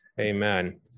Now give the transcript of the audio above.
Amen